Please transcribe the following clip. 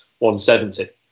170